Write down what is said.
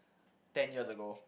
ten years ago